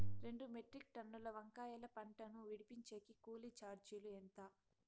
రెండు మెట్రిక్ టన్నుల వంకాయల పంట ను విడిపించేకి కూలీ చార్జీలు ఎంత?